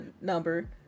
number